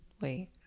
wait